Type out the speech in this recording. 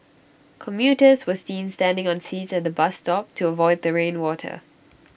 commuters were seen standing on seats at the bus stop to avoid the rain water